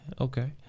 okay